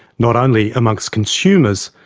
not only amongst consumers,